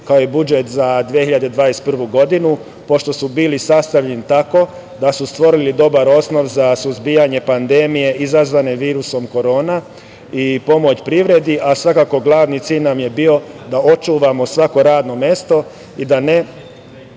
kao i budžet za 2021. godinu, pošto su bili sastavljeni tako da su stvorili dobar osnov za suzbijanje pandemije izazvane virusom Korona i pomoć privredi, a svakako glavni cilj nam je bio da očuvamo svako radno mesto i da ne